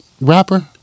rapper